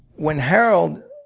when harold